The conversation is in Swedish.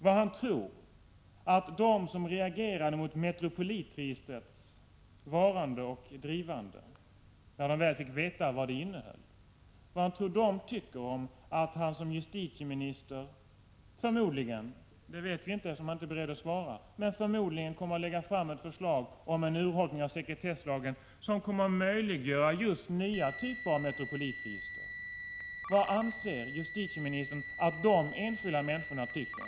Vad tror justitieministern att de som reagerade mot Metropolitregistrets varande och drivande, när de väl fick veta vad det innehöll, tycker om att han som justitieminister förmodligen — vi vet det inte eftersom han inte är beredd att svara — kommer att lägga fram ett förslag om urholkning av sekretesslagen, som kommer att möjliggöra nya typer av Metropolitregister? Vad anser alltså justitieministern att de enskilda människorna tycker?